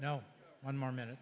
now one more minute